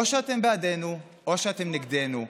או שאתם בעדנו או שאתם נגדנו,